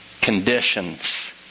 conditions